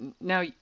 now